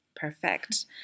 Perfect